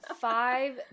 five